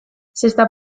zesta